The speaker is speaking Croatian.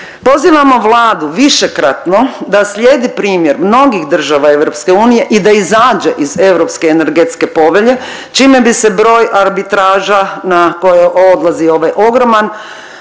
Pozivamo Vladu višekratno da slijedi primjer mnogih država EU i da izađe iz Europske energetske povelje čime bi se broj arbitraža na koje odlazi ovaj ogroman